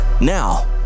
now